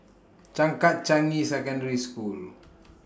Changkat Changi Secondary School